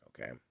okay